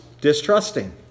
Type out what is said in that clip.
distrusting